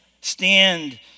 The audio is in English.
Stand